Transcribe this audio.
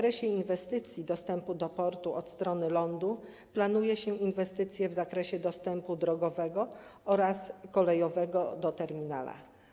Jeśli chodzi o inwestycje dostępu do portu od strony lądu planuje się inwestycję w zakresie dostępu drogowego oraz kolejowego do terminala.